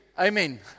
Amen